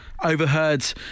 Overheard